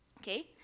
okay